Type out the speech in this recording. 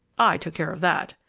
i took care of that.